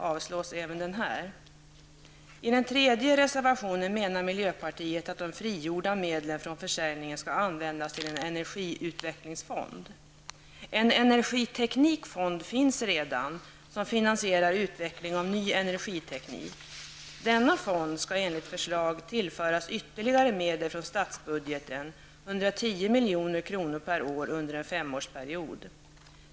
I reservation nr 3 menar miljöpartiet att de frigjorda medlen från försäljningen skall användas till en energiutvecklingsfond. En energiteknikfond som finansierar utveckling av ny energiteknik finns redan. Denna fond skall enligt förslag tillföras ytterligare medel från statsbudgeten, 110 milj.kr. per år under en femårsperiod.